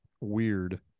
weird